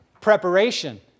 Preparation